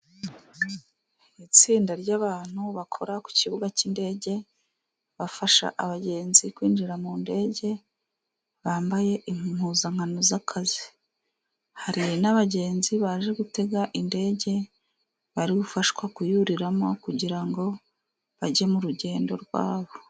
Itsinda ry'abantu bakora ku kibuga cy'indege bafasha abagenzi kwinjira mu ndege, bambaye impuzankano y'akazi hari n'abagenzi baje gutega indege bari gufashwa kuyuriramo, kugira ngo bajye mu rugendo rwabo.